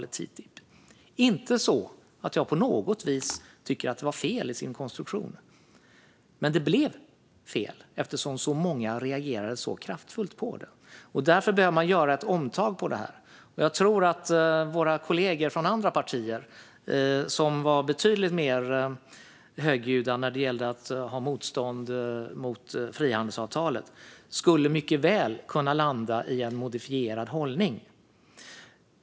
Det betyder inte att jag på något vis tycker att avtalet var fel i sin konstruktion. Men det blev fel eftersom så många reagerade så kraftfullt på det. Därför behöver man ta ett omtag här. Jag tror att våra kollegor från andra partier, som var betydligt mer högljudda i sitt motstånd mot frihandelsavtalet, mycket väl skulle kunna landa i en modifierad hållning.